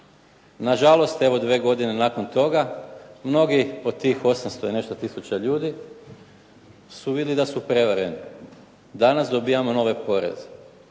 Nažalost, evo dvije godine nakon toga mnogi od tih 800 i nešto tisuća ljudi su vidjeli da su prevareni. Danas dobivamo nove poreze,